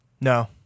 No